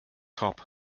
top